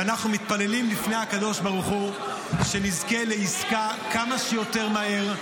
ואנחנו מתפללים בפני הקדוש ברוך הוא שנזכה לעסקה כמה שיותר מהר.